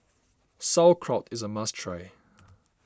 Sauerkraut is a must try